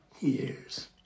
Years